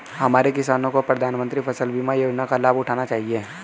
हमारे किसानों को प्रधानमंत्री फसल बीमा योजना का लाभ उठाना चाहिए